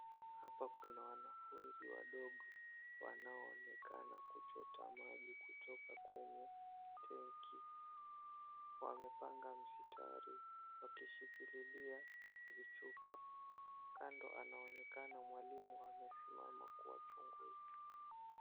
Hapa kuna wanafunzi wadogo wanaonekana kuchota maji kutoka kwenye tanki, wamepanga msitari wakishikililia vichupa kando anaonekana mwalimu amesimama kuwachunguza.